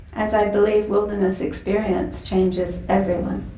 as i believe wilderness experience changes everyone.